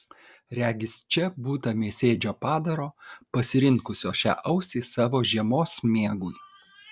regis čia būta mėsėdžio padaro pasirinkusio šią ausį savo žiemos miegui